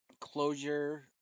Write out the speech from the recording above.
closure